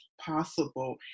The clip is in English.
possible